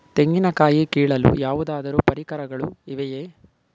ತೆಂಗಿನ ಕಾಯಿ ಕೀಳಲು ಯಾವುದಾದರು ಪರಿಕರಗಳು ಇವೆಯೇ?